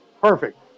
Perfect